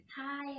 Hi